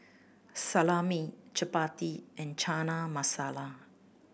Salami Chapati and Chana Masala